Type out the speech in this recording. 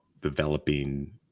developing